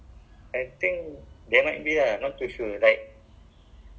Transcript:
oh but the smart shower cannot anyhow on when you are there lah because later you go toilet